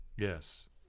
Yes